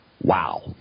Wow